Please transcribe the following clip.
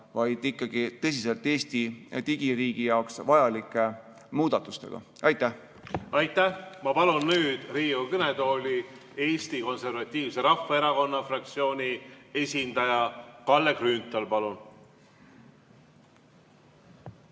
vaid ikkagi tõsiselt Eesti digiriigi jaoks vajalike muudatustega. Aitäh! Aitäh! Ma palun nüüd Riigikogu kõnetooli Eesti Konservatiivse Rahvaerakonna fraktsiooni esindaja. Kalle Grünthal, palun!